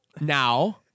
now